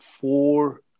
four